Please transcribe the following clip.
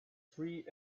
free